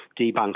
debunk